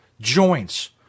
joints